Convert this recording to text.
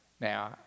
Now